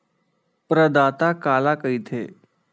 प्रदाता काला कइथे?